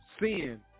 sin